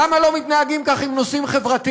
למה לא מתנהגים כך עם נושאים חברתיים?